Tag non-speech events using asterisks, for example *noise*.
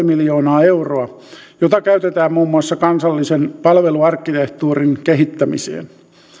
*unintelligible* miljoonaa euroa jota käytetään muun muassa kansallisen palveluarkkitehtuurin kehittämiseen